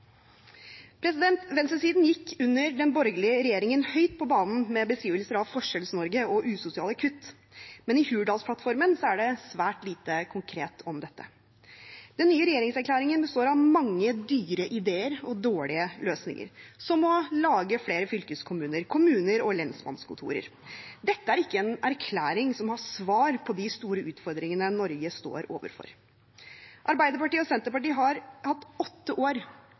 Venstresiden gikk under den borgerlige regjeringen høyt på banen med beskrivelser av Forskjells-Norge og usosiale kutt, men i Hurdalsplattformen er det svært lite konkret om dette. Den nye regjeringserklæringen består av mange dyre ideer og dårlige løsninger, som å lage flere fylkeskommuner, kommuner og lensmannskontorer. Dette er ikke en erklæring som har svar på de store utfordringene Norge står overfor. Arbeiderpartiet og Senterpartiet har hatt åtte år